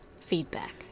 feedback